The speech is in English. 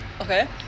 Okay